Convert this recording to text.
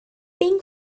pink